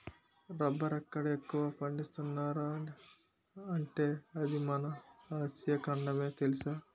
రబ్బరెక్కడ ఎక్కువ పండిస్తున్నార్రా అంటే అది మన ఆసియా ఖండమే తెలుసా?